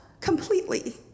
completely